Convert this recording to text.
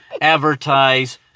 advertise